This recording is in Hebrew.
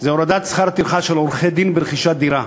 הורדת שכר הטרחה של עורכי-הדין ברכישת דירה.